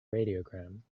radiogram